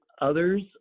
others